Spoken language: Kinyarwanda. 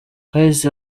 hahise